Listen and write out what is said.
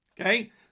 Okay